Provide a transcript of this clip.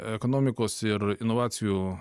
ekonomikos ir inovacijų